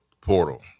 portal